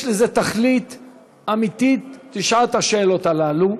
יש לזה תכלית אמיתית, לשעת השאלות הזאת,